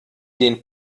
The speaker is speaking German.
den